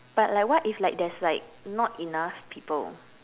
but like what if like there is like not enough people